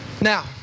Now